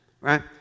right